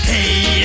Hey